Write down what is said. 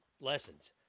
lessons